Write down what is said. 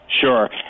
Sure